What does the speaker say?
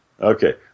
Okay